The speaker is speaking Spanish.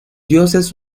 dioses